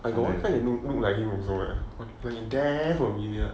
I got one friend who look like you also leh damn familiar